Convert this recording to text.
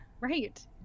right